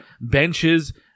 benches